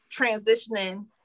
transitioning